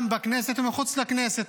גם בכנסת ומחוץ לכנסת,